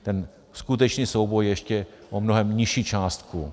Ten skutečný souboj je ještě o mnohem nižší částku.